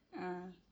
uh